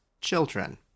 children